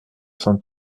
cent